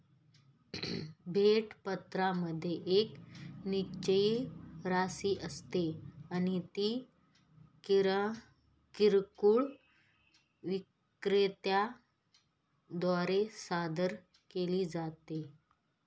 भेट पत्रामध्ये एक निश्चित राशी असते आणि ती किरकोळ विक्रेत्या द्वारे सादर केली जाते